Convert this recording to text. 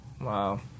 Wow